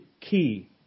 key